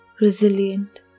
resilient